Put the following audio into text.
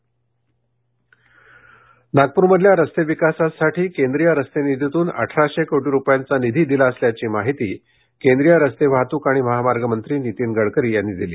नितीन गडकरी नागपूरमधल्या रस्ते विकासांसाठी केंद्रीय रस्ते निधीतून अठराशे कोटी रुपयांचा निधी दिला असल्याची माहिती केंद्रीय रस्ते वाहतूक आणि महामार्ग मंत्री नितीन गडकरी यांनी दिली